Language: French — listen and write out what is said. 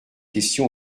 question